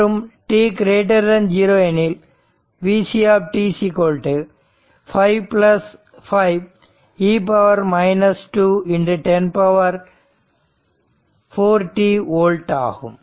மற்றும் t0 எனில் Vc 5 5 e 2 10 4t volt ஆகும்